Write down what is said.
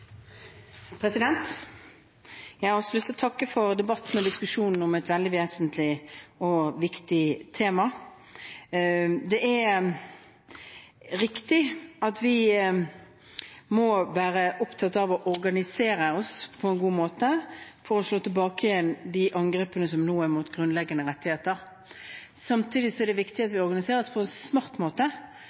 Jeg har også lyst til å takke for debatten og diskusjonen om et veldig vesentlig og viktig tema. Det er riktig at vi må være opptatt av å organisere oss på en god måte for å slå tilbake igjen de angrepene som nå er mot grunnleggende rettigheter. Samtidig er det viktig at vi organiserer oss på en smart måte,